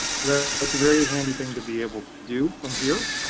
that's a very handy thing to be able to do from here.